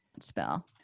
spell